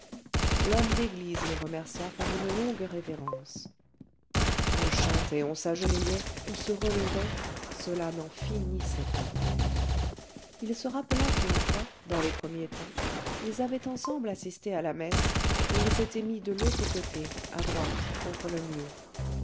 l'homme d'église le remercia par une longue révérence on chantait on s'agenouillait on se relevait cela n'en finissait pas il se rappela qu'une fois dans les premiers temps ils avaient ensemble assisté à la messe et ils s'étaient mis de l'autre côté à droite contre le mur